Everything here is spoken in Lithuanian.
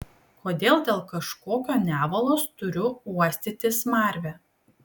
kodėl dėl kažkokio nevalos turiu uostyti smarvę